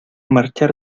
marchar